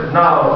now